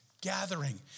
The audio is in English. gathering